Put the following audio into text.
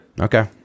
Okay